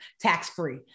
tax-free